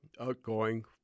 outgoing